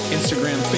Instagram